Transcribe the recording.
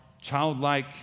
childlike